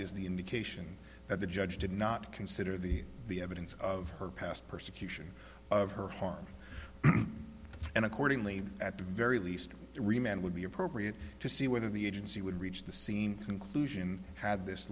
is the indication that the judge did not consider the the evidence of her past persecution of her harm and accordingly at the very least three men would be appropriate to see whether the agency would reach the scene conclusion had this